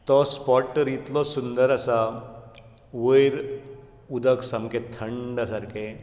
तो स्पोट तर इतलो सुंदर आसा वयर उदक सामके थंड सारके